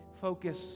focus